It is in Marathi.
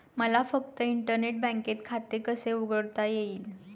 मला फक्त इंटरनेट बँकेत खाते कसे उघडता येईल?